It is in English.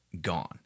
Gone